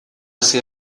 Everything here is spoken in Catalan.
ser